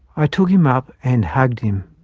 i took him up and hugged him.